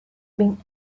been